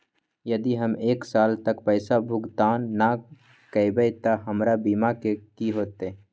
यदि हम एक साल तक पैसा भुगतान न कवै त हमर बीमा के की होतै?